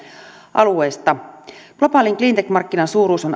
alueista globaalin cleantech markkinan suuruus on